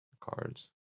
cards